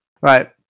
Right